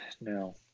No